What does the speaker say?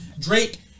Drake